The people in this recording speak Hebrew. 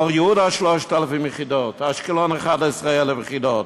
אור-יהודה, 3,000 יחידות, אשקלון, 11,000 יחידות.